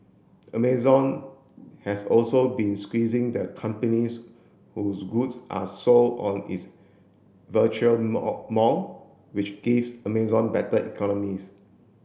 Amazon has also been squeezing the companies whose goods are sold on its virtual mall which gives Amazon better economies